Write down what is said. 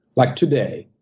like today,